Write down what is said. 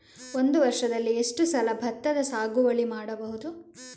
ಒಂದು ವರ್ಷದಲ್ಲಿ ಎಷ್ಟು ಸಲ ಭತ್ತದ ಸಾಗುವಳಿ ಮಾಡಬಹುದು?